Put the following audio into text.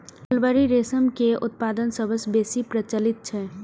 mulberry रेशम के उत्पादन सबसं बेसी प्रचलित छै